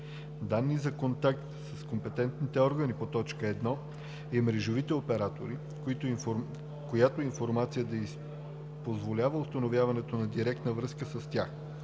данни за контакт с компетентните органи по т. 1 и мрежовите оператори, която информация да позволява установяването на директна връзка с тях,